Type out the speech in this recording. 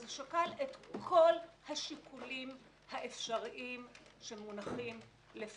אז הוא שקל את כל השיקולים האפשריים שמונחים לפתחו.